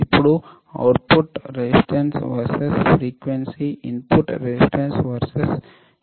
ఇప్పుడు output resistance versus frequency input resistance versus input capacitance చూస్తాము